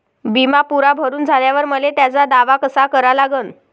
बिमा पुरा भरून झाल्यावर मले त्याचा दावा कसा करा लागन?